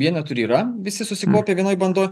vienetų ir yra visi susikaupę vienoj bandoj